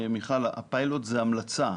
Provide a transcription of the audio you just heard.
הפיילוט הוא המלצה.